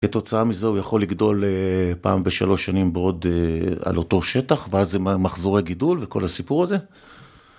כתוצאה מזה הוא יכול לגדול פעם בשלוש שנים בעוד... על אותו שטח ואז זה מחזורי גידול וכל הסיפור הזה